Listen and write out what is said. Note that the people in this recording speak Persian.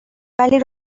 ولی